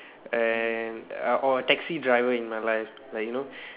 and or a taxi driver in my life like you know